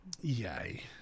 Yay